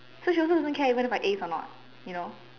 so she also doesn't care even if I ace or not you know